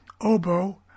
oboe